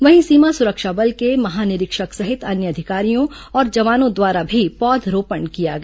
वहीं सीमा सुरक्षा बल के महानिरीक्षक सहित अन्य अधिकारियों और जवानों द्वारा भी पौधरोपण किया गया